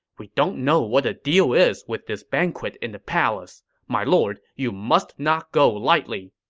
we don't know what the deal is with this banquet in the palace. my lord, you must not go lightly.